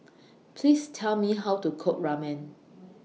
Please Tell Me How to Cook Ramen